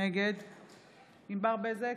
נגד ענבר בזק,